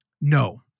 No